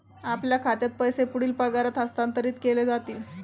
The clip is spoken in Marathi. आपल्या खात्यात पैसे पुढील पगारात हस्तांतरित केले जातील